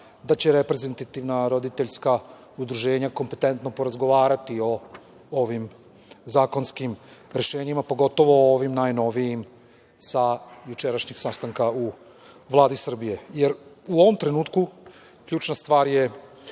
da će reprezentativna roditeljska udruženja kompetentno porazgovarati o ovim zakonskim rešenjima, pogotovo o ovim najnovijim sa jučerašnjeg sastanka u Vladi Srbije.U ovom trenutku ključna stvar je